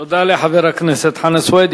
תודה לחבר הכנסת חנא סוייד.